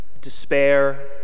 despair